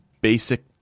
basic